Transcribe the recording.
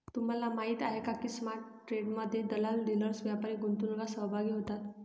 तुम्हाला माहीत आहे का की स्पॉट ट्रेडमध्ये दलाल, डीलर्स, व्यापारी, गुंतवणूकदार सहभागी होतात